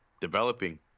developing